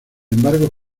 embargo